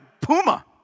Puma